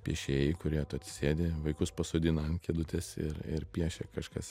piešėjai kurie atsisėdi vaikus pasodina ant kėdutės ir ir piešė kažkas